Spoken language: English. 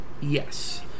Yes